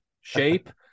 shape